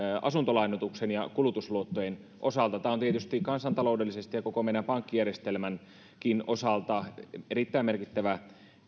asuntolainoituksen ja kulutusluottojen osalta tämä on tietysti kansantaloudellisesti ja koko meidän pankkijärjestelmänkin osalta erittäin merkittävä